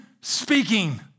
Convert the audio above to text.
speaking